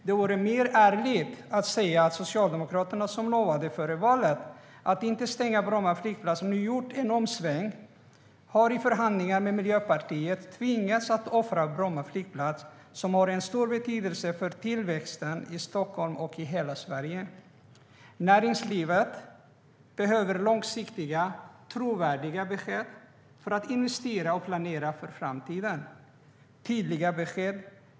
Det vore ärligare att säga av Socialdemokraterna, som före valet lovade att inte stänga ned Bromma flygplats, att säga att man nu gjort en omsvängning och i förhandlingar med Miljöpartiet har tvingats offra Bromma flygplats som har en stor betydelse för tillväxten i Stockholm och i hela Sverige.Näringslivet behöver långsiktiga och trovärdiga besked för att investera och planera för framtiden.